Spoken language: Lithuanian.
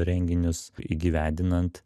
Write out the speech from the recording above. renginius įgyvendinant